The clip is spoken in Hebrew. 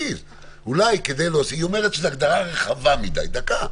היא אומרת שזו הגדרה רחבה מדי, דקה.